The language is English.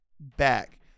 back